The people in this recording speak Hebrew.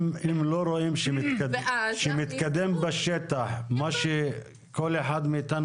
אם לא רואים שהתקדם בשטח מה שכל אחד מאיתנו